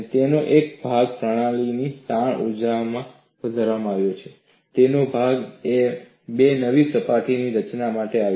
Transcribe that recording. તેનો એક ભાગ પ્રણાલીની તાણ ઊર્જા વધારવામાં ગયો અને તેનો ભાગ બે નવી સપાટીની રચના માટે આવ્યો